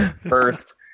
First